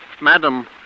Madam